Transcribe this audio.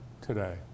today